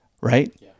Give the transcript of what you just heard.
right